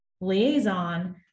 liaison